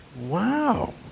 wow